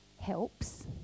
helps